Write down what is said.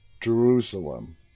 Jerusalem